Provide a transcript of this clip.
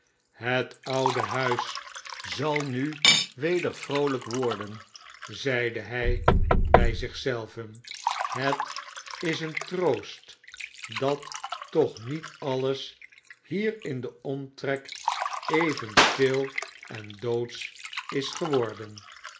het oude huis zal nu weder vroolijk worden zeide hij bij zich zelven het is een troost dat toch niet alles hier in den omtrek even stil en doodsch is geworden